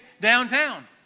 downtown